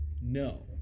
No